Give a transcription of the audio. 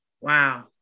Wow